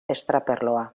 estraperloa